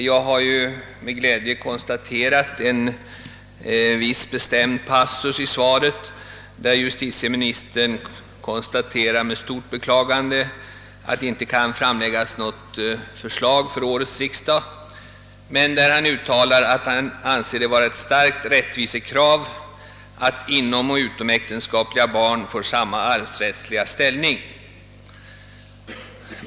Jag har med glädje noterat en viss bestämd passus i svaret, där justitieministern med stort beklagande konstaterar att det inte kan framläggas något förslag för årets riksdag men att han anser att det är ett starkt rättvisekrav att inomoch utomäktenskapliga barn får samma arvsrättsliga ställning.